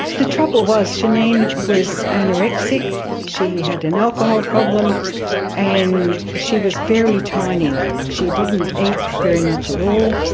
the trouble was shaneen was anorexic, she had an alcohol problem and she was very tiny she didn't eat very much at all.